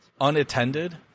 unattended